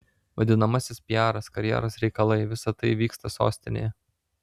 vadinamasis piaras karjeros reikalai visa tai vyksta sostinėje